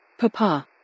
Papa